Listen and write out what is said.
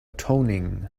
toning